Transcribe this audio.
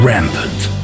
Rampant